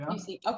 Okay